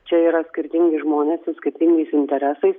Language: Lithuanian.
čia yra skirtingi žmonės ir skirtingais interesais